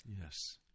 Yes